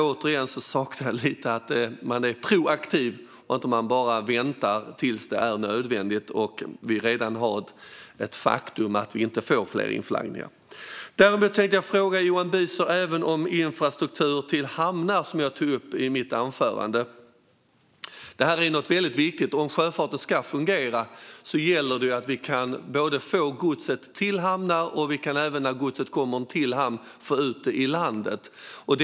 Återigen saknar jag att man är proaktiv i stället för att bara vänta tills det är nödvändigt och det redan är ett faktum att vi inte får fler inflaggningar. Jag vill även fråga Johan Büser om infrastruktur till hamnar, vilket jag tog upp i mitt anförande. Det här är väldigt viktigt. Om sjöfarten ska fungera gäller det att vi kan få godset till hamnar och att vi kan få ut det i landet när det kommit till en hamn.